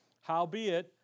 Howbeit